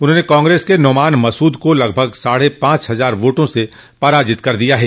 उन्होंने कांग्रेस के नोमान मसूद को लगभग साढ़े पांच हजार वोटों से पराजित कर दिया है